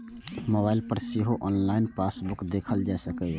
mobile पर सेहो online passbook देखल जा सकैए